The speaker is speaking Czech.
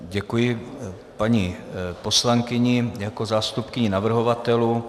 Děkuji paní poslankyni jako zástupkyni navrhovatelů.